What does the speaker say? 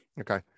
Okay